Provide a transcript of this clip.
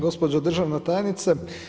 Gospođo državna tajnice.